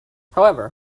however